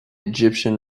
egyptian